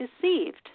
deceived